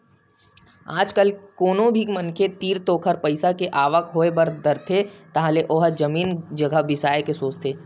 आज कल कोनो भी मनखे तीर थोरको पइसा के बने आवक होय बर धरथे तहाले ओहा जमीन जघा बिसाय के सोचथे